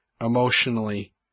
emotionally